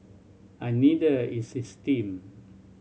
and neither is his team